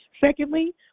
Secondly